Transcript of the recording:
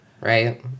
Right